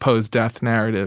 poe's death narrative